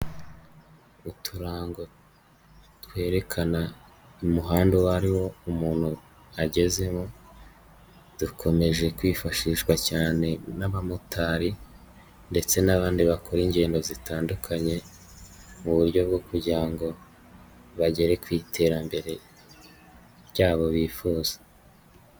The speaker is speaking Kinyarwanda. Uturango twerekana umuhanda uwo ari wo umuntu agezemo, dukomeje kwifashishwa cyane n'abamotari ndetse n'abandi bakora ingendo zitandukanye, mu buryo bwo kugira ngo bagere ku iterambere ryabo bifuza.